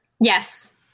Yes